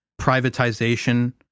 privatization